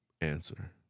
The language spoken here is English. answer